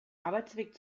arbeitsweg